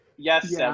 Yes